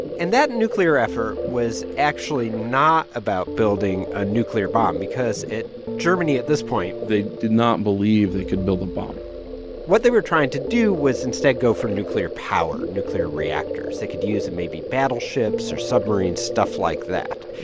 and that nuclear effort was actually not about building a nuclear bomb because germany, at this point. they did not believe they could build a bomb what they were trying to do was, instead, go for nuclear power, nuclear reactors they could use in may be battleships or submarine stuff like that.